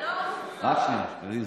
הם לא רוצים שררה.